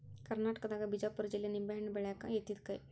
ಕರ್ನಾಟಕದಾಗ ಬಿಜಾಪುರ ಜಿಲ್ಲೆ ನಿಂಬೆಹಣ್ಣ ಬೆಳ್ಯಾಕ ಯತ್ತಿದ ಕೈ